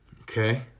Okay